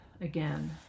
again